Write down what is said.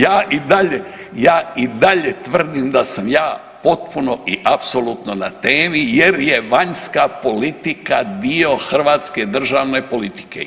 Ja i dalje, ja i dalje tvrdim da sam ja potpuno i apsolutno na temi jer je vanjska politika dio hrvatske državne politike.